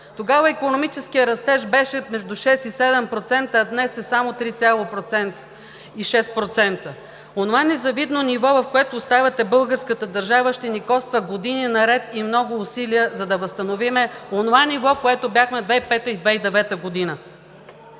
Тогава икономическият растеж беше между 6 и 7%, а днес е само 3,6%. Онова незавидно ниво, в което оставяте българската държава, ще ни коства години наред и много усилия, за да възстановим нивото, което бяхме 2005 г.